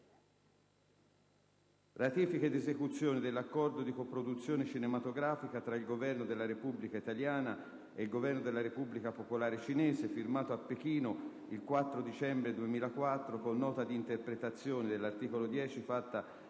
Ratifica ed esecuzione dell'Accordo di coproduzione cinematografica tra il Governo della Repubblica italiana ed il Governo della Repubblica popolare cinese, firmato a Pechino il 4 dicembre 2004, con Nota di interpretazione dell'articolo 10 fatta